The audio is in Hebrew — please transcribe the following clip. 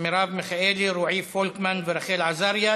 מרב מיכאלי, רועי פולקמן ורחל עזריה.